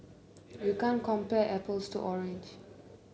you can't compare apples to orange